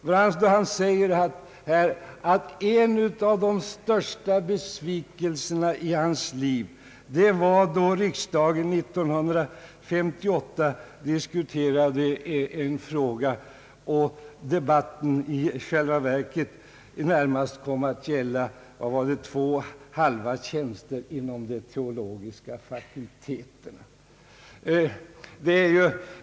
Han sade nämligen att en av de största besvikelserna i hans liv inträffade då riksdagen 1958 diskuterade en stor fråga och debatten i själva verket närmast kom att gälla två halva tjänster inom den teologiska fakulteten.